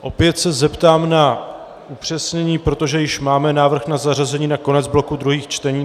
Opět se zeptám na upřesnění, protože již máme návrh na zařazení na konec bloku druhých čtení.